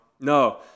No